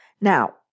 Now